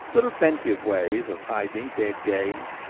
there are plenty of ways of hiding dead game,